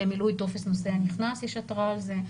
במילוי טופס נוסע נכנס יש התראה על זה,